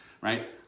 right